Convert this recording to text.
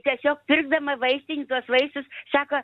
tiesiog pirkdama vaistin tuos vaistus sako